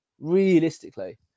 Realistically